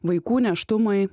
vaikų nėštumai